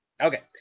Okay